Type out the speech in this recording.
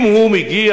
אם הוא מגיע,